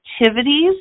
activities